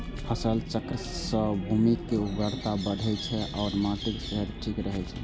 फसल चक्र सं भूमिक उर्वरता बढ़ै छै आ माटिक सेहत ठीक रहै छै